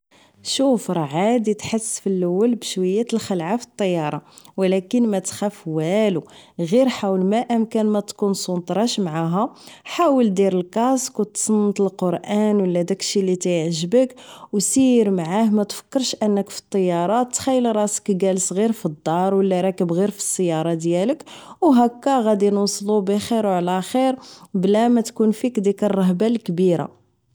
شوف راه عادي تحس فالاول بشوية الخلعة فالطيارة و لكن وماتخاف والو غير حاول ما امكن ما تكونصونتراش معاها حاول دير الكاسك و تصنت للقرأن و لا داكشي لتيعجبك وصير معاه ما تفكرش انك فالطيارة تخيل راسك كالس غير فالدار و لا راكب فالسيارة ديالك و هكا غادي نوصلو بخير و على خير لا ماتكون فيك ديك الرهبة الكبيرة